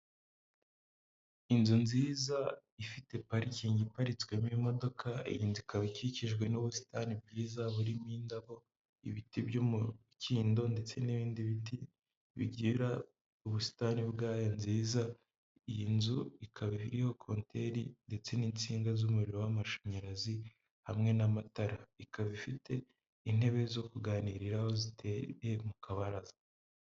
Inzu nziza ifite parikingi iparitswemo imodoka, iyi nzu ikaba ikikijwe n'ubusitani bwiza burimo indabo, ibiti by'umukindo ndetse n'ibindi biti bigira ubusitani bwayo nziza, iyi nzu ikaba iriho Konteri ndetse n'insinga z'umuriro w'amashanyarazi hamwe n'amatara, ikaba ifite intebe zo kuganiriraho ziteye mu kabaraza.